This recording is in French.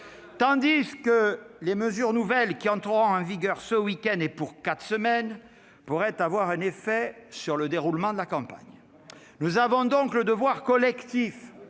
tandis que les mesures nouvelles qui entreront en vigueur ce week-end, et pour quatre semaines, pourraient avoir un effet sur le déroulement de la campagne. Nous avons donc le devoir de